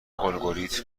الگوریتم